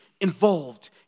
involved